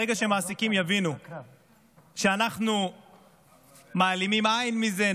ברגע שמעסיקים יבינו שאנחנו מעלימים עין מזה,